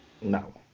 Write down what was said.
No